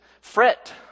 fret